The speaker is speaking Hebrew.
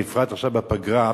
בפרט עכשיו בפגרה.